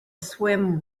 swim